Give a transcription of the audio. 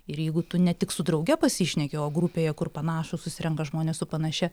ir jeigu tu ne tik su drauge pasišneki o grupėje kur panašūs susirenka žmonės su panašia